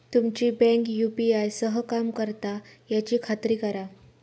तुमची bank UPI सह काम करता याची खात्री करा